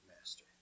master